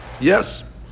yes